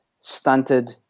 stunted